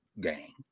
gang